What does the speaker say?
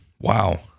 Wow